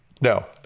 No